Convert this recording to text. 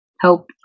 help